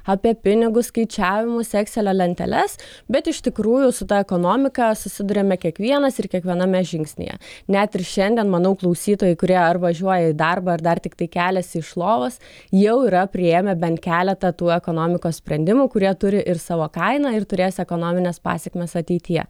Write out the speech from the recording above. apie pinigus skaičiavimus ekselio lenteles bet iš tikrųjų su ta ekonomika susiduriame kiekvienas ir kiekviename žingsnyje net ir šiandien manau klausytojai kurie ar važiuoja į darbą ar dar tiktai keliasi iš lovos jau yra priėmę bent keletą tų ekonomikos sprendimų kurie turi ir savo kainą ir turės ekonomines pasekmes ateityje